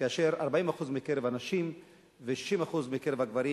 כאשר 40% מקרב הנשים ו-60% מקרב הגברים